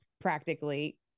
practically